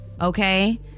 Okay